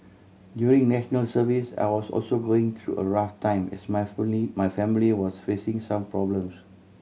during National Service I was also going through a rough time as my my family was facing some problems